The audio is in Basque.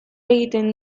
egiten